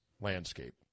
landscape